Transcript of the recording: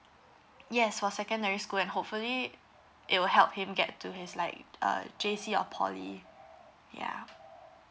yes for secondary school and hopefully it will help him get to his like uh J_C or poly ya